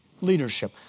leadership